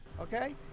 okay